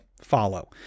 follow